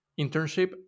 internship